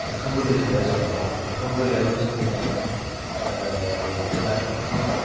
ओंखाम गोरलै थाबाय जेनबा ओंखाम गोरलैयावथ' जोंनिया गोदान ओंखाम